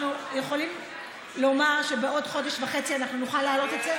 אנחנו יכולים לומר שבעוד חודש וחצי אנחנו נוכל להעלות את זה?